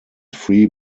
free